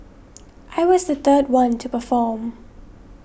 I was the third one to perform